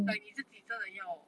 but 你自己真的要